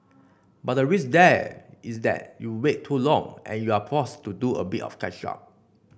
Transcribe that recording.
but the risk there is that you wait too long and you're forced to do a bit of catch up